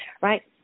right